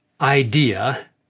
idea